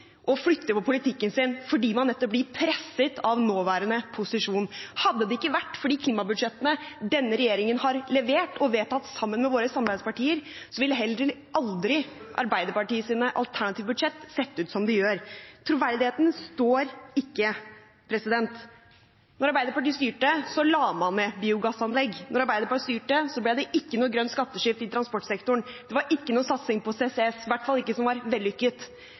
og flytter på politikken sin fordi man nettopp blir presset av nåværende posisjon. Hadde det ikke vært for de klimabudsjettene denne regjeringen har levert og vedtatt sammen med våre samarbeidspartier, ville heller aldri Arbeiderpartiets alternative budsjetter sett ut som de gjør. Det står ikke til troende. Da Arbeiderpartiet styrte, la man ned biogassanlegg. Da Arbeiderpartiet styrte, ble det ikke noe grønt skatteskifte i transportsektoren, og det var ikke noe satsing på CCS – i hvert fall ikke som var vellykket.